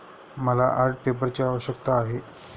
मला आर्ट पेपरची आवश्यकता आहे